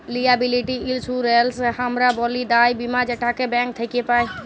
liability insurance হামরা ব্যলি দায় বীমা যেটাকে ব্যাঙ্ক থক্যে পাই